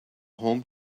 home